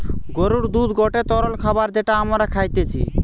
গরুর দুধ গটে তরল খাবার যেটা আমরা খাইতিছে